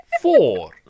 four